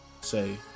say